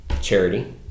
charity